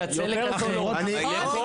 אני נותן שירות מקצה לקצה ולכל המטופלים.